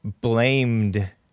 blamed